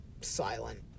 silent